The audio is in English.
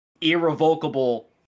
irrevocable